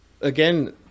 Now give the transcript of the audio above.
again